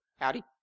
howdy